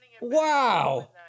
Wow